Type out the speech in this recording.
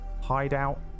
hideout